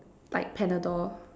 like Panadol